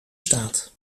staat